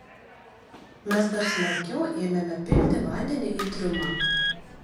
mes dar smarkiau ėmėme pilti vandenį į triumą